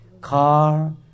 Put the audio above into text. car